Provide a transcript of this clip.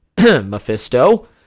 Mephisto